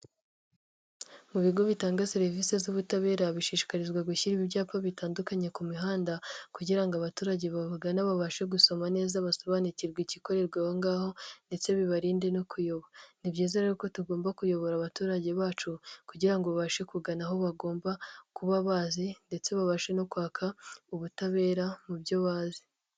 Mu bigo bitanga serivisi z'ubutabera bashishikarizwa gushyira ibyapa bitandukanye ku mihanda, kugira ngo abaturage babagana babashe gusoma neza basobanukirwa igikorerwa aho ngaho ndetse bibarinde no kuyoba. Ni byiza rero tugomba kuyobora abaturage bacu, kugira ngo babashe kugana aho bagomba kuba bazi ndetse babashe no kwaka ubutabera mu byo bazi.